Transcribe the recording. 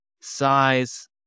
size